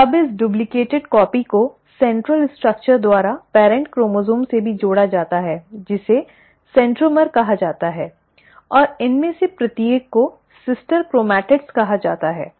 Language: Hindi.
तो अब इस डुप्लिकेट कॉपी को केंद्रीय संरचना द्वारा पेरन्ट क्रोमोसोम से भी जोड़ा जाता है जिसे सेंट्रोमियर कहा जाता है और इनमें से प्रत्येक को सिस्टर क्रोमैटिड्स कहा जाता है